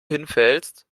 hinfällst